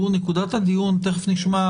שהגורם המרתיע המרכזי זה סיכויי העבריין להיתפס.